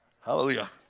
Hallelujah